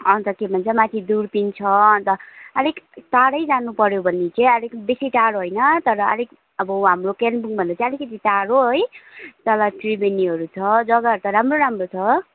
अन्त के भन्छ माथि दुर्पिन छ अन्त अलिक टाढै जानु पऱ्यो भने चाहिँ अलिक बेसी टाढो होइन तर अलिक अब हाम्रो कालिम्पोङभन्दा चाहिँ अलिकति टाढो है तल त्रिवेणीहरू छ जग्गाहरू त राम्रो राम्रो छ